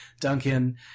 duncan